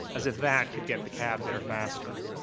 as if that could get the cab there faster.